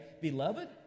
Beloved